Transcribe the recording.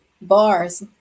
Bars